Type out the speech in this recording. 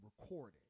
recorded